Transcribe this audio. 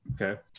Okay